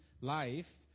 life